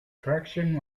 traction